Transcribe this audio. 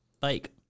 bike